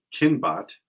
Kinbot